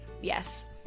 Yes